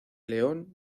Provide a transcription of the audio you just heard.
león